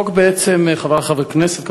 חברי חברי הכנסת,